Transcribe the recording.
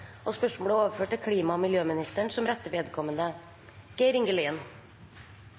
overført til klima- og miljøministeren som rette vedkommende.